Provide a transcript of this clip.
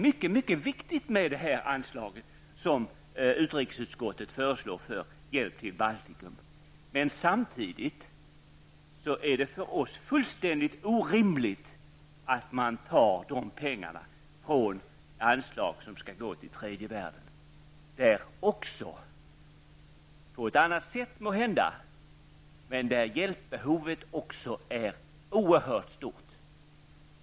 Detta anslag som utrikesutskottet föreslår för hjälp till Baltikum är mycket viktigt. Men samtidigt är det för oss fullständigt orimligt att man tar de pengarna från anslag som skall gå till tredje världen, där hjälpbehovet också -- på ett annat sätt, måhända -- är oerhört stort.